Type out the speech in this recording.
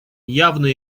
явно